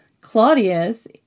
Claudius